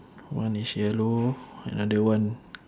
one is yellow another one